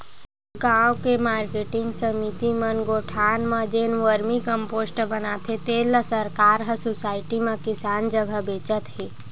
गाँव के मारकेटिंग समिति मन गोठान म जेन वरमी कम्पोस्ट बनाथे तेन ल सरकार ह सुसायटी म किसान जघा बेचत हे